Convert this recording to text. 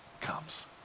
comes